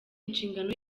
nshingano